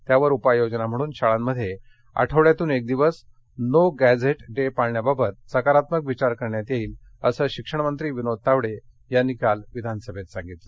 यावर उपाययोजना म्हणून शाळांमध्ये आठवड्यातून एक दिवस नो गक्षिट डे पाळण्याबाबत सकारात्मक विचार करण्यात येईल असं शिक्षणमंत्री विनोद तावडे यांनी काल विधानसभेत सांगितलं